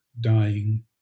dying